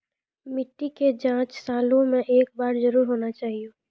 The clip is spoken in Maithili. मिट्टी के जाँच सालों मे एक बार जरूर होना चाहियो?